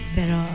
Pero